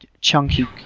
chunky